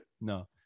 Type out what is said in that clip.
No